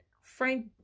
Frank